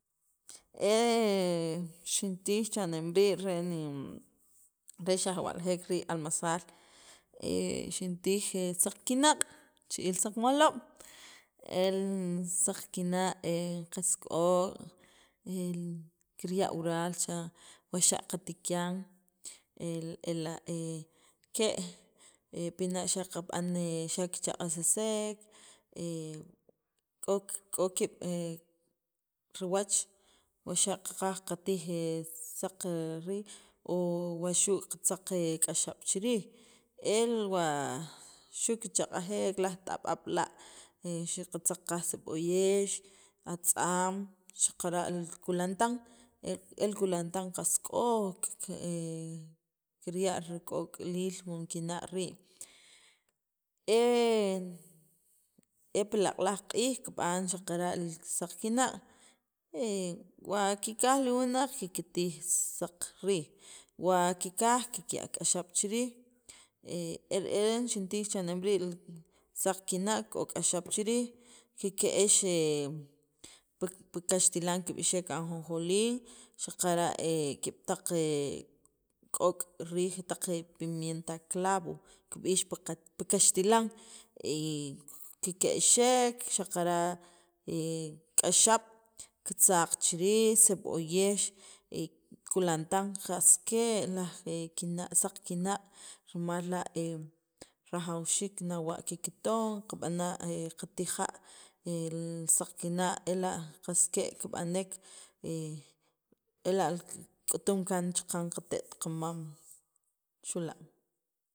E he xintij cha'nem rii' re ni he xajwaljek rii' almasaal, he xintij saq kinaq' chib'iil saqmaloob', el saq kinaq' he qas k'ok' el kirya' wural, o xa' qatikan, ela' ke' he pina' xa qab'an xa' kichaqajsisek, he k'o kiib' riwach o xa' qaqaj qatij he saq riij o waxu' qatzaq k'axab' chi riij el wa xu kichaq'jek laj t'ab'ab' la' xu' qatzaqqaaj seb'oyex, atz'aam xaqara' kulantan, e li kulantan qas k'ok' kik he kirya' rik'ok'liil li kinaq' rii'. Eel he pi laq'laj q'iij kib'an xaqara' li saq kinaq' he wa kikaj li wunaq kiktij saq riij wa kikaj kikya' k'axab' chiriij, e re'en xintij cha'nem rii' li saq kinak' k'o k'axab' chi riij, kike'xek he pi pi kaxtilan kib'ixek ajonjolin xaqara' kiib' taq k'ok' riij taq pimienta klavo kib'ix pi li qa pi kaxtilan he keke'xek xaqara' he k'axab', kitzaq chi riij, seb'oyex. kulantan qas ke' laj saq kina' rajawxiik nawa' kikton qab'ana' qatija' li saq kinaq' ela' qas ke' kib'anek ela' k'utum kaan chaqan rimal qate't qamam, xu' la'.